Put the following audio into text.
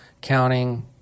counting